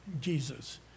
Jesus